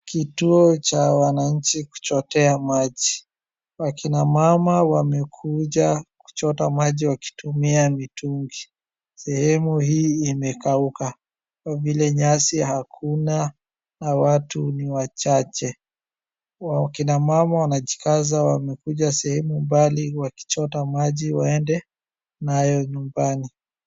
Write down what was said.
Kituo cha wananchi kuchotea maji. Wakina mama wamekuja kuchota maji wakitumia mitungi. Sehemu hii imekauka kwa vile nyasi hakuna na watu ni wachache. Wakina mama wanajikaza, wamekuja sehemu mbali, wakichota maji waende nayo nyumbani.